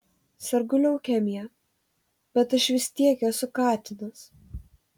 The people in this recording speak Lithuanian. sergu leukemija bet aš vis tiek esu katinas